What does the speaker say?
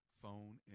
phone